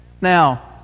Now